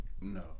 No